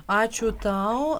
ačiū tau